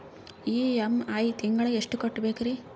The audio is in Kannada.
ಇ.ಎಂ.ಐ ತಿಂಗಳ ಎಷ್ಟು ಕಟ್ಬಕ್ರೀ?